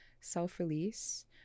self-release